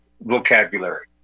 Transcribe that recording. vocabulary